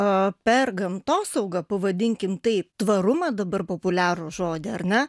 a per gamtosaugą pavadinkim taip tvarumą dabar populiarų žodį ar ne